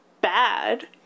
bad